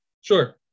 Sure